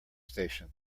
station